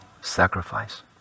sacrifice